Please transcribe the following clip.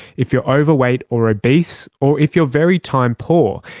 if you're overweight or obese or if you're very time poor,